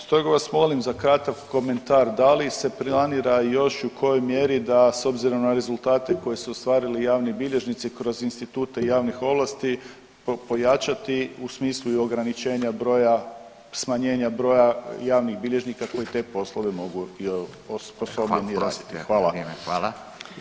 Stoga vas molim za kratak komentar da li se planira još i u kojoj mjeri da s obzirom na rezultate koji su ostvarili javni bilježnici kroz institute javnih ovlasti to pojačati u smislu i ograničenja broja, smanjenja broja javnih bilježnika koji te poslove mogu i osposobljeni [[Upadica: Oprostite, vrijeme, hvala.]] raditi.